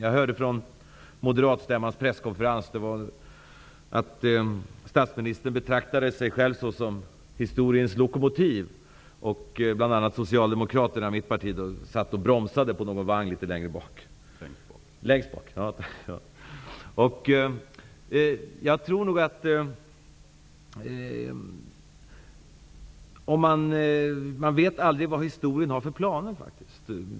Jag hörde från moderatstämmans presskonferens att statsministern betraktar sig själv som historiens lokomotiv. Bl.a. satt Socialdemokraterna, mitt parti, och bromsade i en vagn litet längre bak. Längst bak! Man vet aldrig vad historien har för planer.